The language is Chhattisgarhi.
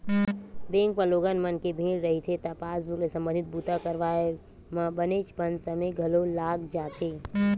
बेंक म लोगन मन के भीड़ रहिथे त पासबूक ले संबंधित बूता करवाए म बनेचपन समे घलो लाग जाथे